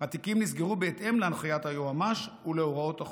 התיקים נסגרו בהתאם להנחיית היועמ"ש ולהוראות החוק.